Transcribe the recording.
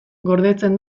gordetzen